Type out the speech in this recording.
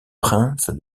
prince